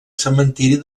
cementiri